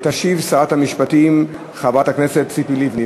תשיב שרת המשפטים חברת הכנסת ציפי לבני.